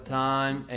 time